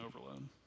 overload